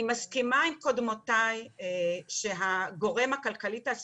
אני מסכימה עם קודמותיי שהגורם הכלכלי והגורם